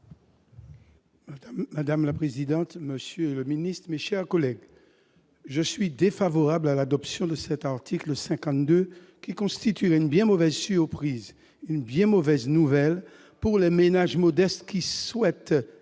monsieur le ministre, monsieur le secrétaire d'État, mes chers collègues, je suis défavorable à l'adoption de l'article 52, qui constituerait une bien mauvaise surprise, une bien mauvaise nouvelle pour les ménages modestes qui souhaitent